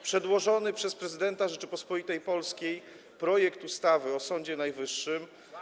Przedłożony przez prezydenta Rzeczypospolitej Polskiej projekt ustawy o Sądzie Najwyższym.